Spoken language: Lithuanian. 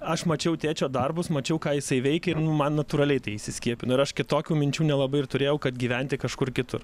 aš mačiau tėčio darbus mačiau ką jisai veikia ir man natūraliai tai įsiskiepino ir aš kitokių minčių nelabai ir turėjau kad gyventi kažkur kitur